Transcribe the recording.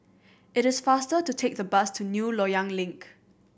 it is faster to take the bus to New Loyang Link